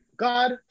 God